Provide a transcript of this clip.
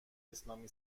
اسلامی